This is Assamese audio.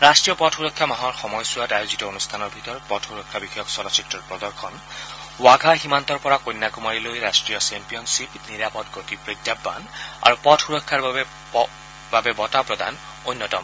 ৰাষ্ট্ৰীয় পথ সূৰক্ষা মাহৰ সময়ছোৱাত আয়োজিত অনুষ্ঠানৰ ভিতৰত পথ সূৰক্ষা বিষয়ক চলচ্চিত্ৰৰ প্ৰদৰ্শন ৱাঘা সীমান্তৰ পৰা কন্যাকুমাৰীলৈ ৰাষ্ট্ৰীয় চেম্পিয়নয়ীপ নিৰাপদ গতি প্ৰত্যাহ্বান আৰু পথ সুৰক্ষাৰ বাবে বঁটা প্ৰদান অন্যতম